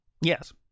Yes